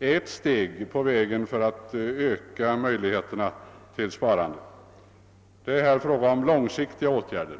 är ett steg på vägen för att öka möjligheterna till sparande. Det är här fråga om långsiktiga åtgärder.